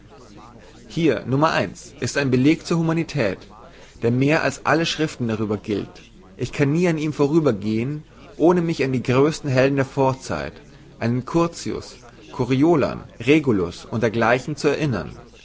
hier no ist ein beleg zur humanität der mehr als alle schriften darüber gilt ich kann nie an ihm vorübergehen ohne mich an die größten helden der vorzeit einen curtius coriolan regulus und dergleichen zu erinnern